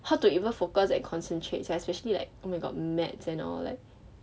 how to even focused and concentrate sia especially like oh my god maths and all like